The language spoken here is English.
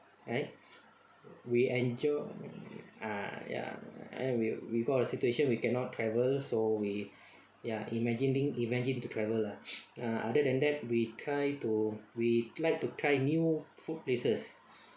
and we enjoy ah ya and then we we got a situation we cannot travel so we ya imagining imagine to travel lah ah other than that we try to we like to try new food places